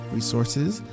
resources